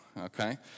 Okay